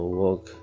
walk